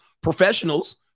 professionals